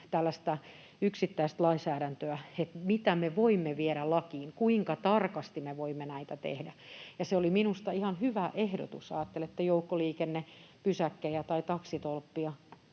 tällaista yksittäistä lainsäädäntöä, että mitä me voimme viedä lakiin ja kuinka tarkasti me voimme näitä tehdä. Se oli minusta ihan hyvä ehdotus, jos ajattelette joukkoliikennepysäkkejä tai taksitolppia.